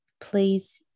please